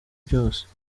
byose